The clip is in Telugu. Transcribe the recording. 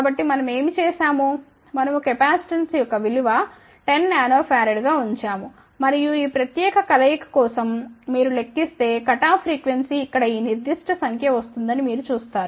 కాబట్టి మనము ఏమి చేశాము మనము కెపాసిటెన్స్ యొక్క విలువ 10 nFగా ఉంచాము మరియు ఈ ప్రత్యేక కలయిక కోసం మీరు లెక్కిస్తే కటాఫ్ ఫ్రీక్వెన్సీ ఇక్కడ ఈ నిర్దిష్ట సంఖ్య వస్తుందని మీరు చూస్తారు